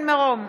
מרום,